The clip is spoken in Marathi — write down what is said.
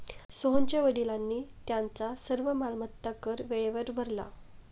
सोहनच्या वडिलांनी त्यांचा सर्व मालमत्ता कर वेळेवर भरला